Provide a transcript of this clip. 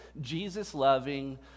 Jesus-loving